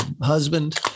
husband